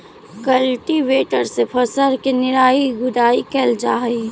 cultivator से फसल के निराई गुडाई कैल जा हई